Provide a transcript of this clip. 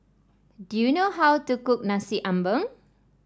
do you know how to cook Nasi Ambeng